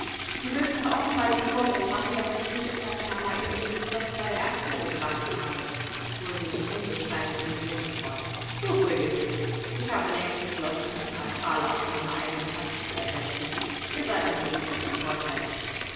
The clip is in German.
du willst mir offenbar den vorwurf machen daß ich dich und nathanael um dies kostbare erbteil gebracht habe fuhr sie mit unbeschreiblichem hohne fort beruhige dich ich habe längst beschlossen die paar thaler aus meiner eigenen kasse zu ersetzen ihr seid da jedenfalls im vorteil